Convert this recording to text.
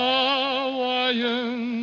Hawaiian